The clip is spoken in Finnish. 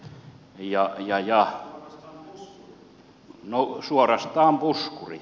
no suorastaan puskuri